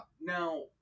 Now